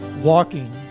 walking